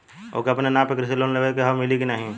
ओके अपने नाव पे कृषि लोन लेवे के हव मिली की ना ही?